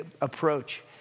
approach